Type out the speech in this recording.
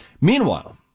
Meanwhile